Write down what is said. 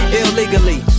illegally